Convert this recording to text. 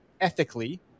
ethically